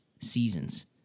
seasons